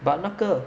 but 那个